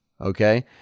okay